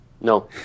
No